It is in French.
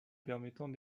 permettant